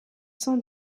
sans